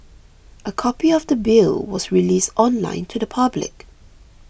a copy of the Bill was released online to the public